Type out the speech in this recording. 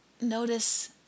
notice